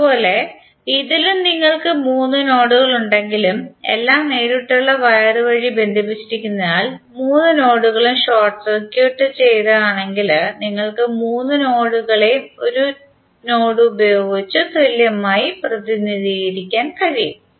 അതുപോലെ ഇതിലും നിങ്ങൾക്ക് മൂന്ന് നോഡുകൾ ഉണ്ടെങ്കിലും എല്ലാം നേരിട്ടുള്ള വയർ വഴി ബന്ധിപ്പിച്ചിരിക്കുന്നതിനാൽ മൂന്ന് നോഡുകളും ഷോർട്ട് സർക്യൂട്ട് ചെയ്തതാണെങ്കിൽ നിങ്ങൾക്ക് മൂന്ന് നോഡുകളെയും ഒരു നോഡ് ഉപയോഗിച്ച് തുല്യമായി പ്രതിനിധീകരിക്കാൻ കഴിയും